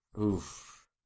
Oof